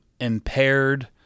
impaired